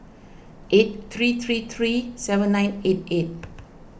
eight three three three seven nine eight eight